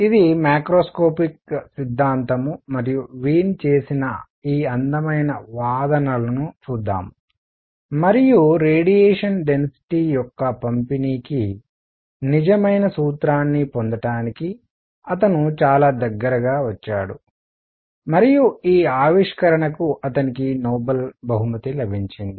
ఇది మాక్రోస్కోపిక్ సిద్ధాంతం మరియు వీన్ చేసిన ఈ అందమైన వాదనలను చూద్దాం మరియు రేడియేషన్ డెన్సిటీ యొక్క పంపిణీకి నిజమైన సూత్రాన్ని పొందటానికి అతను చాలా దగ్గరగా వచ్చాడు మరియు ఈ ఆవిష్కరణకు అతనికి నోబెల్ బహుమతి లభించింది